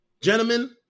Gentlemen